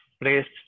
placed